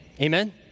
Amen